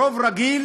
רוב רגיל